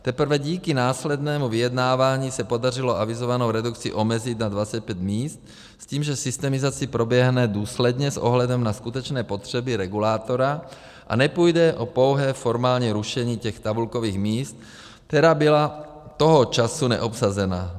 Teprve díky následnému vyjednávání se podařilo avizovanou redukci omezit na 25 míst s tím, že systemizace proběhne důsledně s ohledem na skutečné potřeby regulátora a nepůjde o pouhé formální rušení těch tabulkových míst, která byla toho času neobsazena.